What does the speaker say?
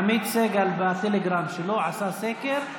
עמית סגל עשה סקר בטלגרם שלו: